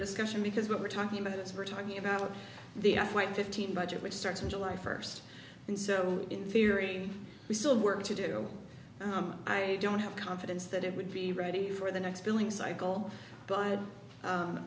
discussion because what we're talking about it's we're talking about the f one fifteen budget which starts on july first and so in theory we still work to do i don't have confidence that it would be ready for the next billing cycle b